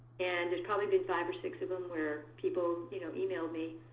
and there's probably been five or six of them where people you know emailed me,